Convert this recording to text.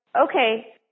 okay